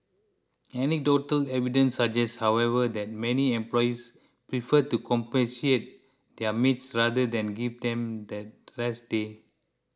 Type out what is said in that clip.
anecdotal evidence suggests however that many employers prefer to compensate their maids rather than give them that rest day